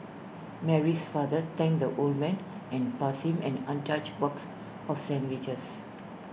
Mary's father thanked the old man and passed him an untouched box of sandwiches